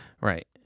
right